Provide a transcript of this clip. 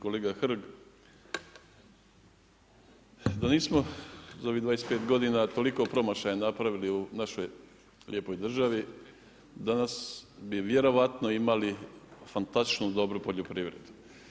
Kolega Hrg, da nismo za ovih 25 godina toliko promašaja napravili u našoj lijepoj državi danas bi vjerojatno imali fantastičnu dobru poljoprivredu.